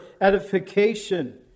edification